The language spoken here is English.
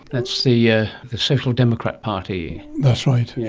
that's the yeah the social democrat party. that's right, yes.